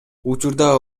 учурда